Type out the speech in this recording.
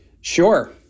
Sure